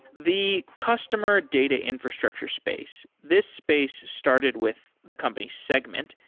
the customer data infrastructure space, this space started with the company, segment.